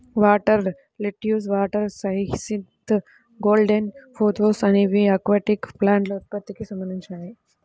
water lettuce, water hyacinth, golden pothos అనేవి aquatic ప్లాంట్ల ఉత్పత్తికి సంబంధించినవి